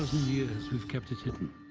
years, we've kept it hidden,